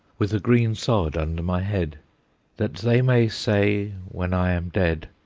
with a green sod under my head that they may say when i am dead,